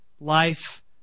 life